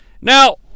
Now